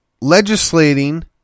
legislating